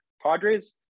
Padres